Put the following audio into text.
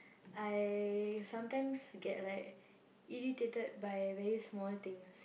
I sometimes get like irritated by very small things